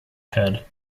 head